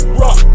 rock